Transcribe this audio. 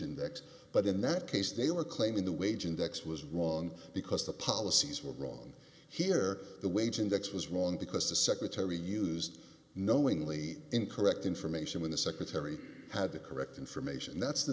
index but in that case they were claiming the wage index was wrong because the policies were wrong here the wage index was wrong because the secretary used knowingly incorrect information when the secretary had the correct information that's the